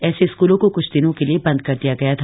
ऐसे स्कूलों को क्छ दिनों के लिए बंद कर दिया गया था